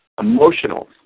emotional